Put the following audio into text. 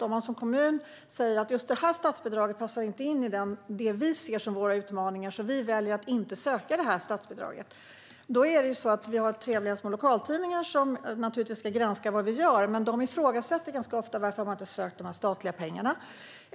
Om man som kommun anser att ett visst statsbidrag inte passar in i det man ser som sina utmaningar och väljer att inte söka det statsbidraget finns det trevliga små lokaltidningar - som naturligtvis ska granska vad vi gör - som ganska ofta ifrågasätter varför man inte har sökt de statliga pengarna.